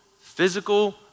physical